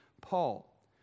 Paul